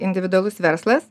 individualus verslas